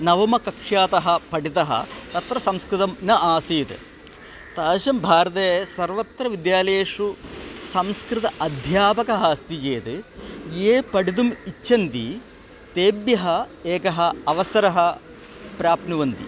नवमकक्ष्यातः पठितः तत्र संस्कृतं न आसीत् तादृशं भारते सर्वत्र विद्यालयेषु संस्कृताध्यापकः अस्ति चेद् ये पठितुम् इच्छन्ति तेभ्यः एकः अवसरः प्राप्नुवन्ति